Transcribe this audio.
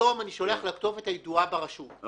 היום אני שולח לכתובת הידועה ברשות,